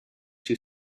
too